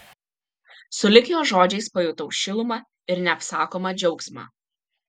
sulig jo žodžiais pajutau šilumą ir neapsakomą džiaugsmą